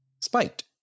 spiked